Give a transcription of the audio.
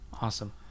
Awesome